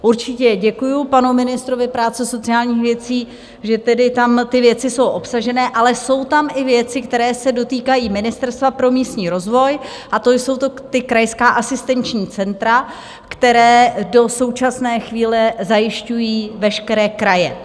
Určitě děkuju panu ministrovi práce a sociálních věcí, že tam ty věci jsou obsažené, ale jsou tam i věci, které se dotýkají Ministerstva pro místní rozvoj, a to jsou krajská asistenční centra, která do současné chvíle zajišťují veškeré kraje.